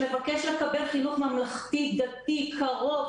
שמבקש לקבל חינוך ממלכתי-דתי קרוב,